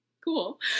Cool